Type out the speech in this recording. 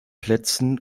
plätzen